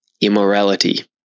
immorality